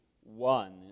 one